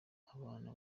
abana